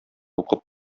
укып